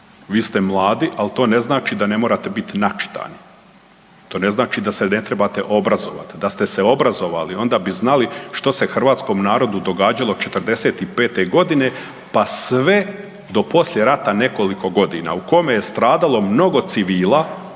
vi ste mladi ali to ne znači da ne morate biti načitani, to ne znači da se ne trebate obrazovati. Da ste se obrazovali onda bi znali što se hrvatskom narodu događalo '45. godine pa sve do poslije rata nekoliko godina u kome je stradalo mnogo civila,